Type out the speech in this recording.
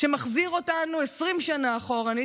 שמחזיר אותנו 20 שנה אחורנית,